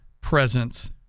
presence